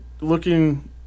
looking